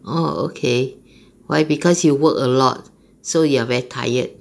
orh okay why because you work a lot so you are very tired